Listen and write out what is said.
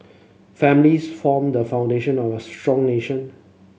families form the foundation of a strong nation